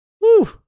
Woo